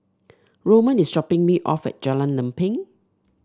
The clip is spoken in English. Roman is dropping me off Jalan Lempeng